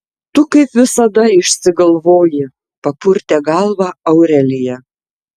tu kaip visada išsigalvoji papurtė galvą aurelija